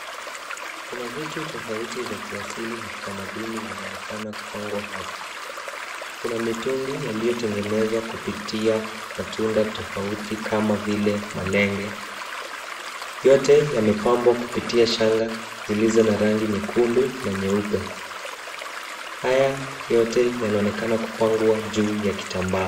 Kuna vitu tofauti vya kiasili na kitamaduni vinaonekana kupangwa hapo. Kuna mitungi yaliyotengenezwa kupitia matunda tofauti kama vile malenge. Yote yamepambwa kupitia shanga zilizo na rangi nyekundu na nyeupe. Haya yote yanaonekana kupangwa juu ya kitambaa.